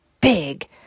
big